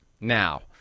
now